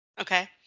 Okay